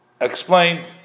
explained